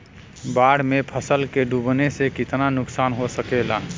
बाढ़ मे फसल के डुबले से कितना नुकसान हो सकेला?